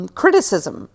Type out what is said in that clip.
criticism